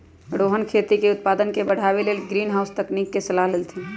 रोहन खेती के उत्पादन के बढ़ावे के लेल ग्रीनहाउस तकनिक के सलाह देलथिन